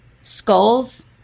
skulls